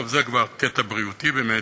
טוב, זה כבר קטע בריאותי באמת.